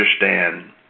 understand